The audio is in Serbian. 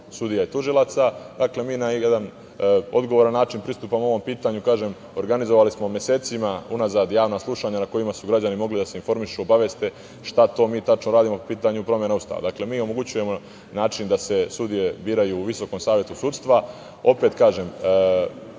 sudija i tužilaca. Dakle, mi na jedan odgovoran način pristupamo ovom pitanju. Kažem, organizovali smo mesecima unazad javna slušanja na kojima su građani mogli da se informišu, obaveste šta mi to tačno radimo po pitanju promena Ustava. Dakle, mi omogućujemo način da se sudije biraju u Visokom savetu sudstva. Opet kažem,